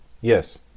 Yes